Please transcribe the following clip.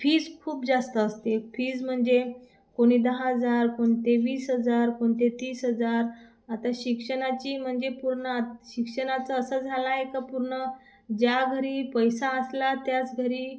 fees खूप जास्त असते फीज म्हणजे कोणी दहा हजार कोणते वीस हजार कोणते तीस हजार आता शिक्षणाची म्हणजे पूर्ण शिक्षणाचं असं झाला आहे का पूर्ण ज्या घरी पैसा असला त्याच घरी